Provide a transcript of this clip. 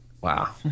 wow